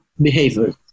behavior